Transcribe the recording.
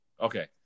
Okay